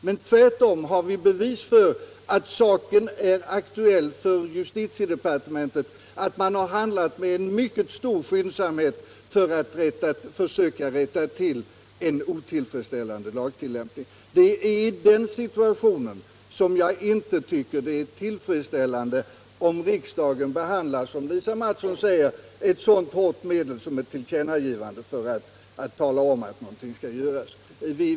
Men tvärtom har vi bevis för att saken är aktuell för justitiedepartementet, att man handlat med mycket stor skyndsamhet för att söka rätta till en otillfredsställande lagtillämpning. Det är i den situationen som jag inte tycker att det är tillfredsställande om riksdagen använder, som Lisa Mattson säger, ett så hårt medel som ett tillkännagivande för att tala om att någonting skall göras.